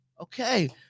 Okay